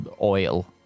oil